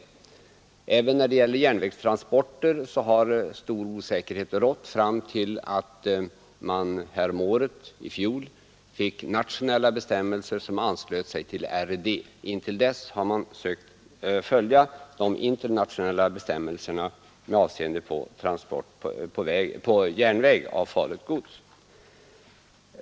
Även när det gäller järnvägstransporter har stor osäkerhet rått, tills man i fjol fick nationella bestämmelser som anslöt sig till RID. Intill dess hade man försökt följa de internationella bestämmelserna vid transport på järnväg av farligt gods.